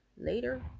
later